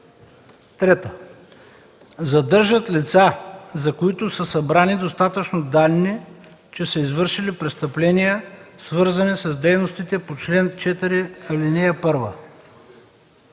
3: „3. задържат лица, за които са събрани достатъчно данни, че са извършили престъпления, свързани с дейностите по чл. 4, ал.